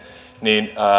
niin